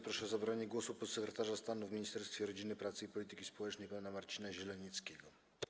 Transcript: Proszę o zabranie głosu podsekretarza stanu w Ministerstwie Rodziny, Pracy i Polityki Społecznej pana Marcina Zielenieckiego.